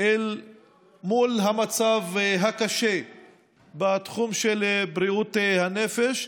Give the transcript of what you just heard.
אל מול המצב הקשה בתחום של בריאות הנפש.